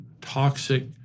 toxic